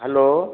hello